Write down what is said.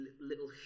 little